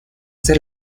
ser